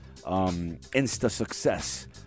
insta-success